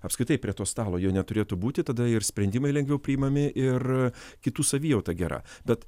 apskritai prie to stalo jo neturėtų būti tada ir sprendimai lengviau priimami ir kitų savijauta gera bet